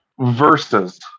versus